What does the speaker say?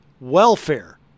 welfare